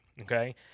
Okay